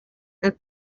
and